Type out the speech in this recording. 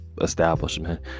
establishment